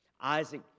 Isaac